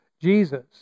Jesus